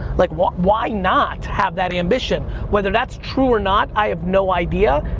like, why why not have that ambition? whether that's true or not, i have no idea,